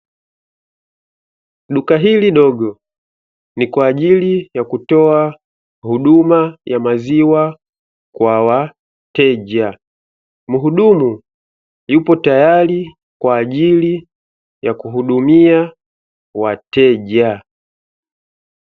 Duka hili dogo ni kwa ajili ya kutoa huduma ya maziwa kwa wateja. Muhudumu yupo tayari kwa ajili ya kuhudumia wateja.